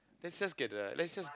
let's just get the let's just